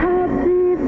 Happy